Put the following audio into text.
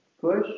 push